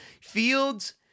fields